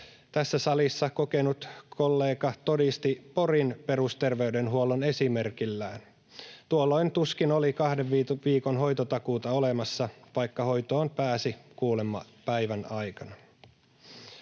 tässä salissa kokenut kollega todisti Porin perusterveydenhuollon esimerkillään. Tuolloin tuskin oli kahden viikon hoitotakuuta olemassa, vaikka hoitoon pääsi kuulemma päivän aikana.